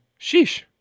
sheesh